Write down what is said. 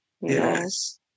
Yes